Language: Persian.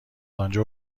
آنجا